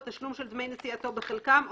בתשלום של דמי נסיעתו בחלקם,